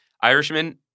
Irishman